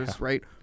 right